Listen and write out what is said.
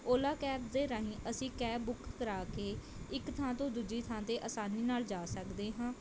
Ola cabs ਦੇ ਰਾਹੀਂ ਅਸੀਂ ਕੈਬ ਬੁੱਕ ਕਰਾ ਕੇ ਇੱਕ ਥਾਂ ਤੋਂ ਦੂਜੀ ਥਾਂ 'ਤੇ ਆਸਾਨੀ ਨਾਲ਼ ਜਾ ਸਕਦੇ ਹਾਂ